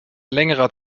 längerer